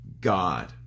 God